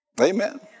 Amen